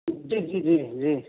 جی جی جی جی